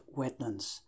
wetlands